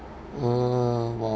uh !wow!